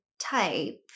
type